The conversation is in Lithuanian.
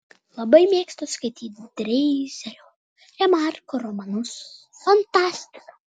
labai mėgstu skaityti dreizerio remarko romanus fantastiką